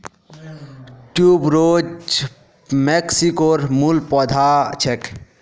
tuberose मेक्सिकोर मूल पौधा छेक